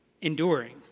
enduring